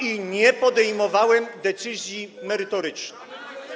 i nie podejmowałem decyzji merytorycznych.